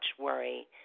worry